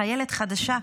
חיילת חדשה,